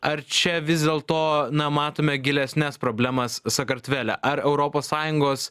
ar čia vis dėlto na matome gilesnes problemas sakartvele ar europos sąjungos